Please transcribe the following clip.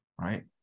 Right